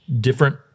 different